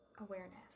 Awareness